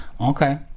Okay